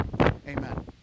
amen